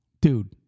Dude